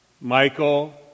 Michael